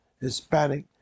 Hispanic